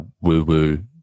woo-woo